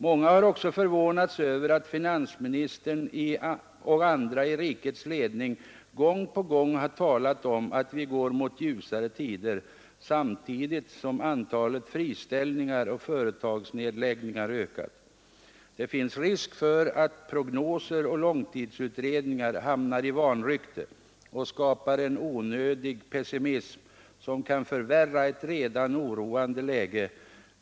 Många har också förvånats över att finansministern och andra i rikets ledning gång på gång har talat om att vi går mot ljusare tider, samtidigt som antalet friställningar och företagsnedläggningar ökar. Det finns risk för att prognoser och långtidsutredningar hamnar i vanrykte och skapar en onödig pessimism som kan förvärra ett redan oroande läge.